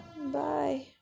bye